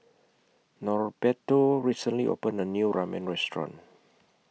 Norberto recently opened A New Ramen Restaurant